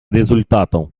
результатов